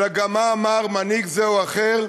אלא גם מה אמר מנהיג זה או אחר,